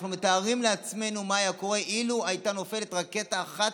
אנחנו מתארים לעצמנו מה היה קורה אילו הייתה נופלת רקטה אחת,